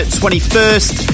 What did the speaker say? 21st